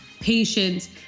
patience